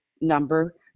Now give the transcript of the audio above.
number